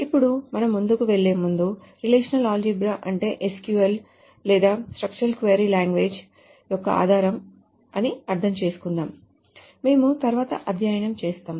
ఇప్పుడు మనం ముందుకు వెళ్ళేముందు రిలేషనల్ ఆల్జీబ్రా అంటే SQL లేదా స్ట్రక్చర్డ్ క్వరీ లాంగ్వేజ్ యొక్క ఆధారం అని అర్థం చేసుకుందాం మేము తరువాత అధ్యయనం చేస్తాము